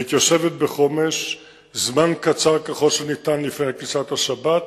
מתיישבת בחומש זמן קצר ככל שניתן לפני כניסת השבת,